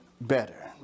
better